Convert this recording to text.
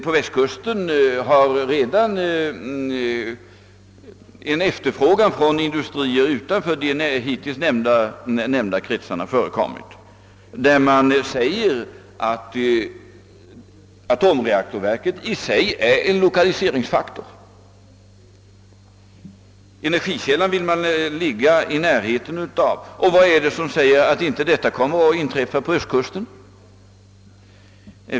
På västkusten har redan en efterfrågan uppstått från industrier utanför de hittills nämnda kretsarna. Atomreaktorverket anses i sig vara en lokaliseringsfaktor; man vill ligga i närheten av energikällan. Vad säger att inte detta kommer att inträffa på östkusten?